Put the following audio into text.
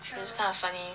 it's kind of funny